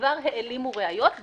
כבר העלימו ראיות,